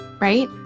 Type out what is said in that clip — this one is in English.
right